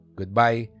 Goodbye